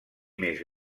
més